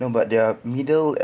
no but they are middle